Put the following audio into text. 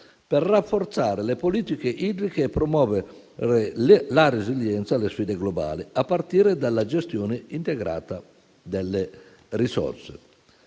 per rafforzare le politiche idriche e promuovere la resilienza alle sfide globali, a partire dalla gestione integrata delle risorse.